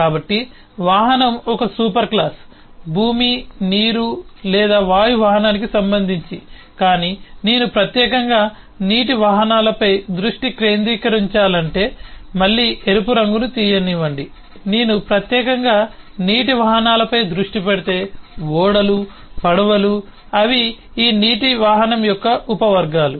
కాబట్టి వాహనం ఒక సూపర్ క్లాస్ భూమి నీరు లేదా వాయు వాహనానికి సంబంధించి కానీ నేను ప్రత్యేకంగా నీటి వాహనాలపై దృష్టి కేంద్రీకరించాలంటే మళ్ళీ ఎరుపు రంగును తీయనివ్వండి నేను ప్రత్యేకంగా నీటి వాహనాలపై దృష్టి పెడితే ఓడలు పడవలు అవి ఈ నీటి వాహనం యొక్క ఉపవర్గాలు